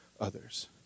others